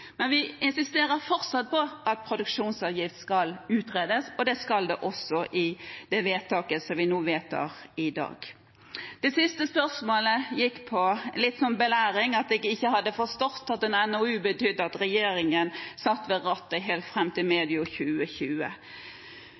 Men vi insisterer fortsatt på at produksjonsavgift skal utredes, og det skal den i det vedtaket vi gjør nå i dag. Det siste spørsmålet gikk litt på belæring, at jeg ikke hadde forstått at en NOU betyr at regjeringen sitter ved rattet helt fram til medio 2020.